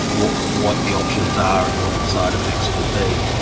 ah what what the options are and what the side-effects could be.